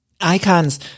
Icons